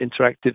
interactive